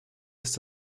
ist